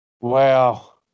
Wow